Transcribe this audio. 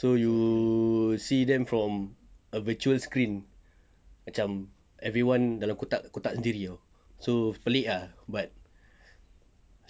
so you see them from a virtual screen macam everyone dalam kotak-kotak sendiri so pelik ah but